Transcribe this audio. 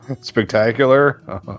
spectacular